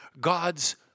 God's